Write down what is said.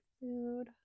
food